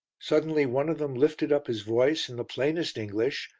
suddenly one of them lifted up his voice in the plainest english,